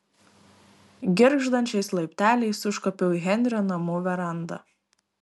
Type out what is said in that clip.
girgždančiais laipteliais užkopiau į henrio namų verandą